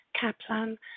Kaplan